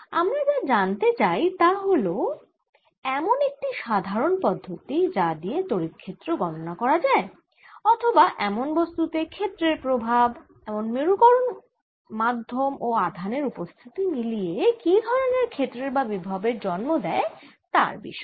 আমরা যা জানতে চাই তা হল এমন একটি সাধারণ পদ্ধতি যা দিয়ে তড়িৎ ক্ষেত্র গণনা করা যায় অথবা এমন বস্তু তে ক্ষেত্রের প্রভাব এমন মেরুকরণযোগ্য মাধ্যম ও আধান এর উপস্থিতি মিলে কি ধরনের ক্ষেত্রের বা বিভবের জন্ম দেয় তার বিষয়ে